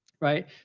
right